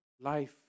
life